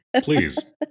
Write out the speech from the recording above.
please